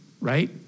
right